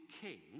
king